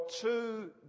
two